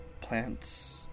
plants